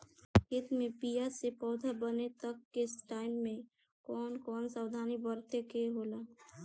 खेत मे बीया से पौधा बने तक के टाइम मे कौन कौन सावधानी बरते के होला?